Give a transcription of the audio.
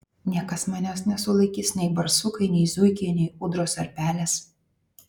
niekas manęs nesulaikys nei barsukai nei zuikiai nei ūdros ar pelės